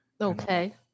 Okay